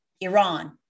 Iran